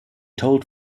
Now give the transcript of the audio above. told